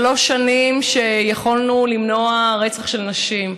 שלוש שנים שיכולנו למנוע רצח של נשים.